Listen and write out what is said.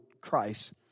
Christ